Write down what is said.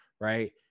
right